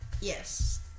Yes